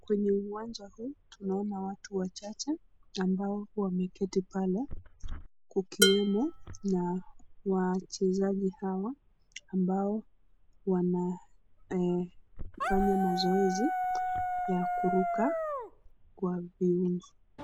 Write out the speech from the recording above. Kwenye uwanja huu tunaona watu wachache ambao wameketi pale kukiwemo na wachezaji hawa ambao wanafanya mazoezi ya kuruka kwa viwimbi.